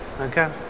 Okay